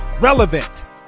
relevant